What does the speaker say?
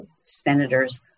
senators